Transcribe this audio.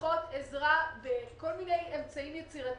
צריכות עזרה בכל מיני אמצעים יצירתיים.